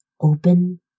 open